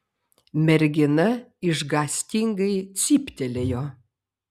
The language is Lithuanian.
mergina išgąstingai cyptelėjo